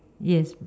yes